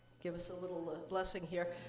give us a little blessing here.